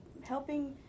helping